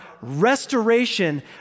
restoration